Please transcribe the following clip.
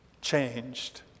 changed